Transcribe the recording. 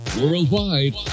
Worldwide